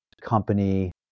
company